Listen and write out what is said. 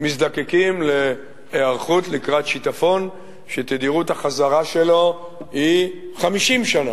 נזקקים להיערכות לקראת שיטפון שתדירות החזרה שלו היא 50 שנה.